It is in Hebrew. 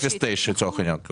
0.9 לצורך העניין.